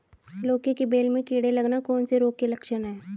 लौकी की बेल में कीड़े लगना कौन से रोग के लक्षण हैं?